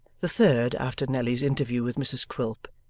the third after nelly's interview with mrs quilp,